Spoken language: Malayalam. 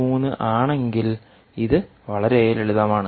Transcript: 3 ആണെങ്കിൽ ഇത് വളരെ ലളിതമാണ്